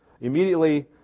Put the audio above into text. immediately